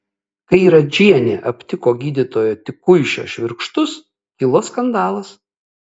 kai radžienė aptiko gydytojo tikuišio švirkštus kilo skandalas